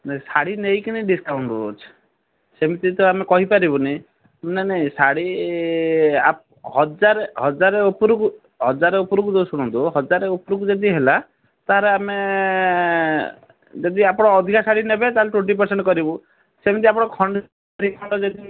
ନାଇଁ ଶାଢ଼ୀ ନେଇକିନି ଡିସ୍କାଉଣ୍ଟ୍ ସବୁ ଅଛି ସେମତି ତ ଆମେ କହିପାରିବୁନି ନାଇଁ ନାଇଁ ଶାଢ଼ୀ ହଜାରେ ହଜାରେ ଉପରକୁ ହଜାରେ ଉପରକୁ ଯେଉଁ ଶୁଣନ୍ତୁ ହଜାରେ ଉପରକୁ ଯଦି ହେଲା ତା'ହେରେ ଆମେ ଯଦି ଆପଣ ଅଧିକା ଶାଢ଼ୀ ନେବେ ତା'ହେଲେ ଟ୍ୱେଣ୍ଟି ପର୍ସେଣ୍ଟ୍ କରିବୁ ସେମିତି ଆପଣ ଖଣ୍ଡେ ଦୁଇ ଖଣ୍ଡ ଯଦି ନିଅନ୍ତି